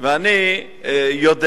אני יודע,